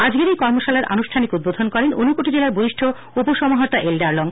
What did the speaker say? আজকের এই কর্মশালার অনুষ্ঠানিক উদ্বোধন করেন ঊনকোটি জেলার বরিষ্ঠ উপ সমাহর্তা এলডার্লং